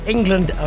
England